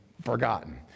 forgotten